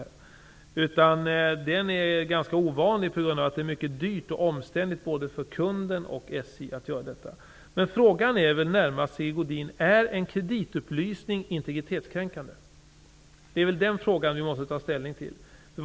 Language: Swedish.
Men postförskott är ovanligt eftersom det är dyrt och omständligt både för kunden och för SJ. Men frågan är väl närmast, Sigge Godin, om en kreditupplysning är integritetskränkande. Det är den frågan vi måste ta ställning till.